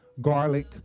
garlic